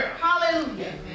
Hallelujah